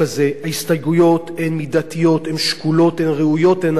ההסתייגויות הן מידתיות, שקולות, ראויות ואמיתיות.